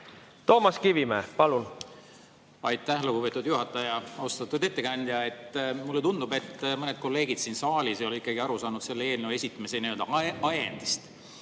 Toomas Kivimägi, palun! Aitäh, lugupeetud juhataja! Austatud ettekandja! Mulle tundub, et mõned kolleegid siin saalis ei ole ikkagi aru saanud selle eelnõu esitamise ajendist,